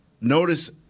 notice